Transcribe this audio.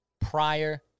prior